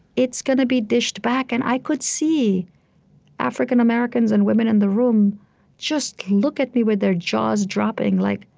it's going to be dished back. and i could see african americans and women in the room just look at me with their jaws dropping, like,